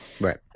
Right